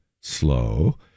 slow